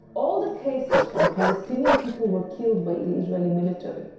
all the cases when palestinian people were killed by the israeli military,